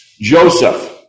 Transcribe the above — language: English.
Joseph